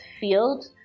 field